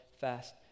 fast